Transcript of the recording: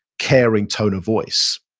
caring tone of voice,